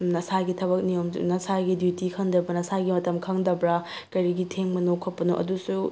ꯅꯁꯥꯒꯤ ꯊꯕꯛ ꯅꯤꯌꯣꯝ ꯆꯨꯝꯅ ꯅꯁꯥꯒꯤ ꯗꯨꯇꯤ ꯅꯁꯥꯒꯤ ꯃꯇꯝ ꯈꯪꯗꯕ꯭ꯔꯥ ꯀꯔꯤꯒꯤ ꯊꯦꯡꯕꯅꯣ ꯈꯣꯠꯄꯅꯣ ꯑꯗꯨꯁꯨ